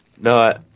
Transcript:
No